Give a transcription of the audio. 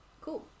cool